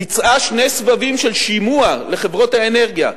ביצעה שני סבבים של שימוע לחברות האנרגיה,